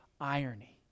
irony